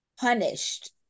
punished